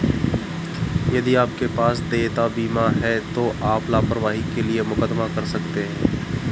यदि आपके पास देयता बीमा है तो आप लापरवाही के लिए मुकदमा कर सकते हैं